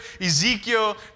Ezekiel